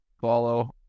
follow